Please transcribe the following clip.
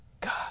God